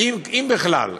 אם בכלל.